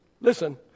listen